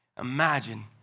imagine